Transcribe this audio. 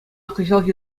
кӑҫалхи